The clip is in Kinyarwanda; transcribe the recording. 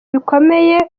bikomeye